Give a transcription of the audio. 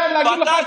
גדי,